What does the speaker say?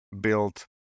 built